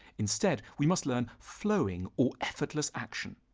instead we must learn flowing, or effortless action.